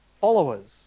followers